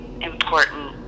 important